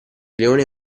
leone